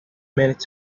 minutes